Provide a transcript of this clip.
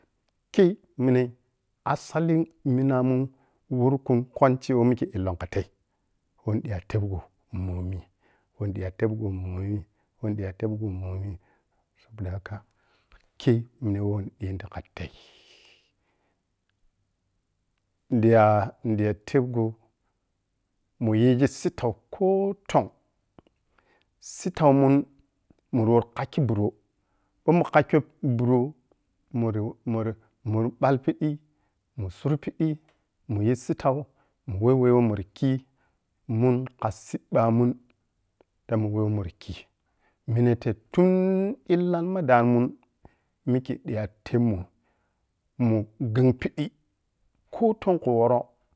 Keh mina usali minamu wurku kwanchi woh mikhe illon khatei wonni ɓiya tebgo momi woh ɓiya tebgon momi woh ɓiya tebgon momi wohni ɓiya tebgon momi. saboda haka khei neh weh ni ɓitu khatei ɓiyah ɓiya tebgo muyizi citau koh tou citaumun murmor kyakkyo burro muri muriɓal pidi mur suru piɓi muyi citau munweh weh mur khi mun kha cibbamu ɓa mun weh weh mur khi mineta tun khan ma damun mikhe diya tebmu muh ghan piɓɓi ko tou khun wohro